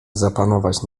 zapanować